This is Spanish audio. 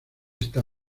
está